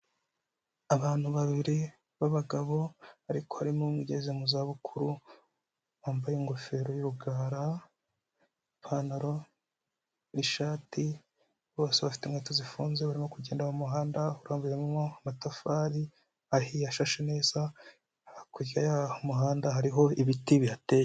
Abantu babiri b'abagabo ariko harimo umwe ugeze mu za bukuru wambaye ingofero y'urugara, ipantaro n'ishati, bose bafite inkweto zifunze barimo kugenda mu muhanda urambuyemo amatafari ahiye asashe neza, hakurya y'umuhanda hariho ibiti bihateye.